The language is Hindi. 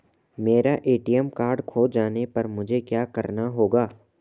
मेरा ए.टी.एम कार्ड खो जाने पर मुझे क्या करना होगा?